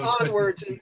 onwards